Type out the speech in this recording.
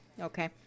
okay